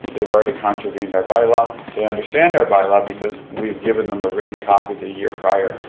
they've already contravened our bylaw, they understand our bylaw because we've given them a written copy the year prior.